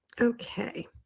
Okay